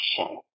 action